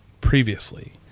previously